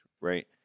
right